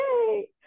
Yay